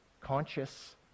conscious